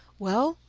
well,